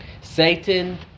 Satan